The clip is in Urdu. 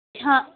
ہاں